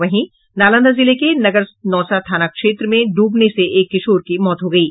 वहीं नालंदा जिले के नगरनौसा थाना क्षेत्र में डूबने से एक किशोर की मौत हो गयी